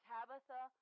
Tabitha